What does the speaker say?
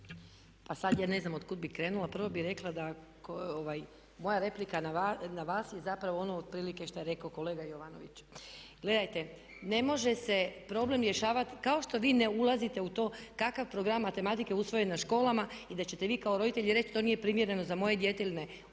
Pa sad ja ne znam od kud bih krenula. Prvo bih rekla da moja replika na vas je zapravo ono otprilike što je rekao kolega Jovanović. Gledajte, ne može se problem rješavati kao što vi ne ulazite u to kakav je program matematike je usvojen na školama i da ćete vi kao roditelji reći to nije primjereno za moje dijete ili ne,